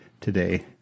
today